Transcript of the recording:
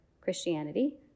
Christianity